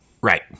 Right